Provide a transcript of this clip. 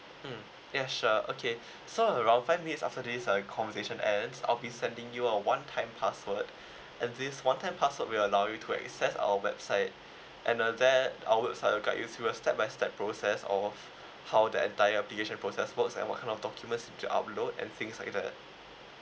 mm ya sure okay so around five minutes after this uh conversation end I'll be sending you a one time password and this one time password we allow you to access our website and uh that our website will guide you through a step by step process of how the entire application process works and what kind of documents to upload and things like that